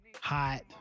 hot